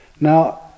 Now